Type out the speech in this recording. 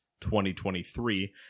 2023